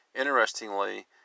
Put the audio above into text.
Interestingly